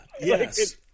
yes